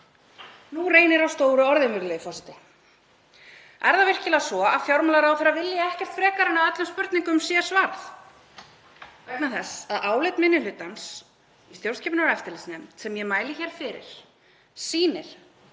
Nú reynir á stóru orðin, virðulegi forseti. Er það virkilega svo að fjármálaráðherra vilji ekkert frekar en að öllum spurningum sé svarað? Vegna þess að álit minni hlutans í stjórnskipunar- og eftirlitsnefnd, sem ég mæli hér fyrir, sýnir